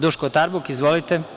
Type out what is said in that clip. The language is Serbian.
Duško Tarbuk, izvolite.